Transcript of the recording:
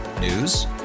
News